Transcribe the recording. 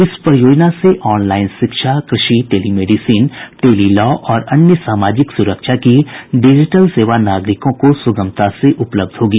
इस परियोजना से ऑनलाइन शिक्षा कृषि टेलीमेडिसिन टेली लॉ और अन्य सामाजिक सुरक्षा की डिजिटल सेवा नागरिकों को सुगमता से उपलब्ध होगी